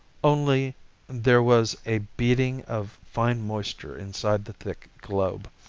only there was a beading of fine moisture inside the thick globe.